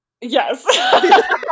Yes